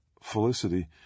Felicity